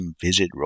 visit